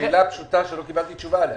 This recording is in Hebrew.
שאלה פשוטה שלא קיבלתי תשובה עליה.